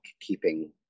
keeping